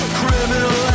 criminal